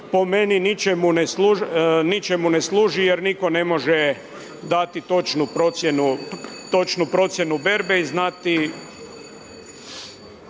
po meni ničemu ne služi, jer nitko ne može dati točnu procjenu berbe i